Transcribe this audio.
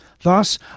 Thus